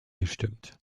gestimmt